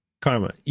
Karma